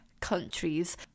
countries